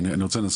אני רוצה לרגע